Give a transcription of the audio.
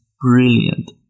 brilliant